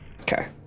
Okay